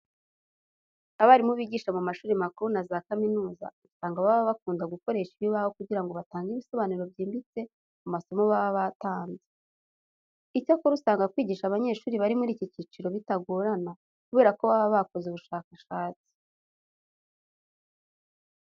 Abarimu bigisha mu mashuri makuru na za kaminuza usanga baba bakunda gukoresha ibibaho kugira ngo batange ibisobanuro byimbitse ku masomo baba batanze. Icyakora usanga kwigisha abanyeshuri bari muri iki cyiciro bitagorana kubera ko baba bakoze ubushakashatsi.